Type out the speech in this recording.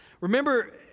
Remember